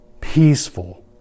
peaceful